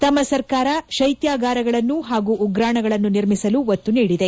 ತಮ್ನ ಸರ್ಕಾರ ಶೈತ್ಲಾಗಾರಗಳನ್ನು ಹಾಗೂ ಉಗ್ರಾಣಗಳನ್ನು ನಿರ್ಮಿಸಲು ಒತ್ತು ನೀಡಿದೆ